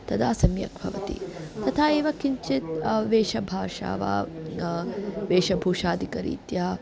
तदा सम्यक् भवति तथा एव किञ्चित् वेषभाषा वा वेषभूषादिकरीत्या